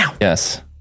Yes